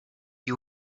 you